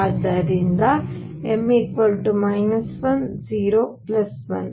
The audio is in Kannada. ಆದ್ದರಿಂದ m 1 0 1